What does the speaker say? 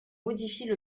modifie